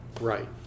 Right